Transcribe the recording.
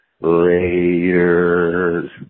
Raiders